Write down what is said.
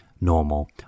normal